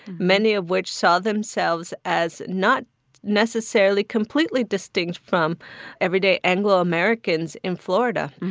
many of which saw themselves as not necessarily completely distinct from everyday anglo-americans in florida.